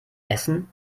essen